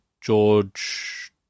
George